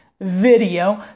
video